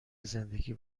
زندگی